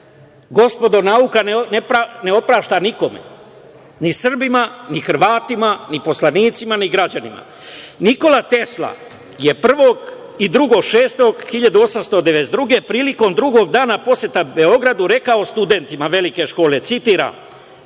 bio. Gospodo, nauka ne oprašta nikome, ni Srbima, ni Hrvatima, ni poslanicima, ni građanima. Nikola Tesla i je 1. i 2. juna 1892. godine, prilikom drugog dana posete Beogradu rekao studentima Velike škole, citiram: